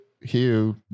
hugh